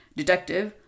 detective